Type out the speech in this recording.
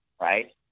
right